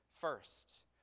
first